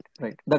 right